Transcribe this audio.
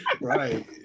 Right